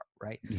right